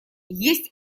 есть